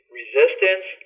resistance